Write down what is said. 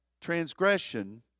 transgression